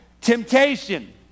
temptation